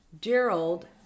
Gerald